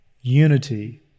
unity